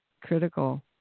critical